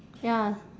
ya